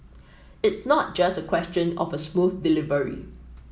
it not just a question of a smooth delivery